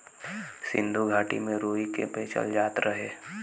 सिन्धु घाटी में रुई के बेचल जात रहे